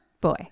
Boy